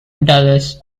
dallas